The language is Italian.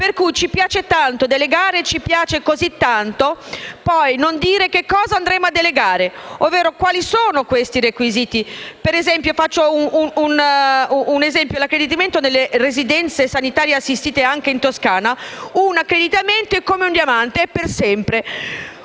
Per cui ci piace tanto delegare e ci piace così tanto poi non dire che cosa andremo a delegare, ovvero quali sono questi requisiti. Faccio un esempio: l'accreditamento delle residenze sanitarie assistite. Anche in Toscana, un accreditamento è come un diamante, è per sempre.